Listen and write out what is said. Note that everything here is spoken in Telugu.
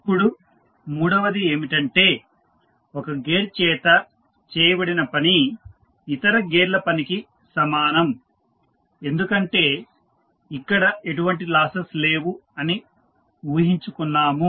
ఇప్పుడు మూడవది ఏమిటంటే ఒక గేర్ చేత చేయబడిన పని ఇతర గేర్ల పనికి సమానం ఎందుకంటే అక్కడ ఎటువంటి లాసెస్ లేవు అని ఊహించుకున్నాము